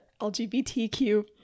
lgbtq